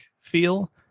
feel